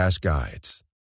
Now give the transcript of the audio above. guides